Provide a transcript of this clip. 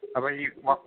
അപ്പോൾ ഈ